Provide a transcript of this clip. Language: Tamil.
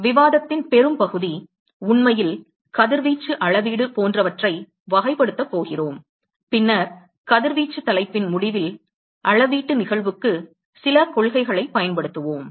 எனவே விவாதத்தின் பெரும்பகுதி உண்மையில் கதிர்வீச்சு அளவீடு போன்றவற்றை வகைப்படுத்தப் போகிறோம் பின்னர் கதிர்வீச்சு தலைப்பின் முடிவில் அளவீட்டு நிகழ்வுக்கு சில கொள்கைகளைப் பயன்படுத்துவோம்